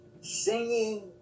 singing